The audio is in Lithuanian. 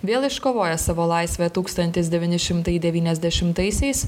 vėl iškovoję savo laisvę tūkstantis devyni šimtai devyniasdešimtaisiais